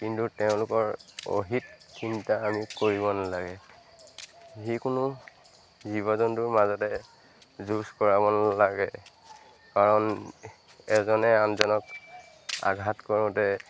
কিন্তু তেওঁলোকৰ অহিত চিন্তা আমি কৰিব নালাগে যিকোনো জীৱ জন্তুৰ মাজতে যুঁজ কৰাব লাগে কাৰণ এজনে আনজনক আঘাত কৰোঁতে